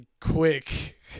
Quick